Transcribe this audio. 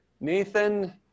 Nathan